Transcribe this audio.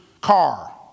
car